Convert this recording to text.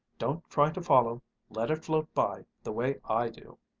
don't try to follow let it float by, the way i do!